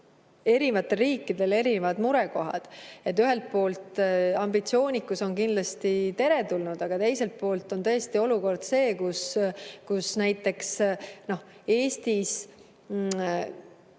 eri riikidel erinevad murekohad. Ühelt poolt on ambitsioonikus kindlasti teretulnud, aga teiselt poolt on tõesti olukord, kus näiteks Eestis